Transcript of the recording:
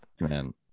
Man